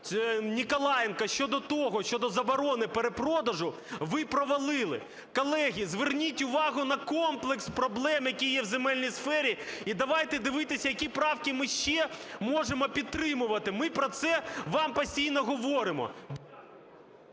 Ніколаєнка щодо того, щодо заборони перепродажу ви провалили. Колеги, зверніть увагу на комплекс проблем, які є в земельній сфері. І давайте дивитись, які правки ми ще можемо підтримувати. Ми про це вам постійно говоримо.